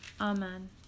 Amen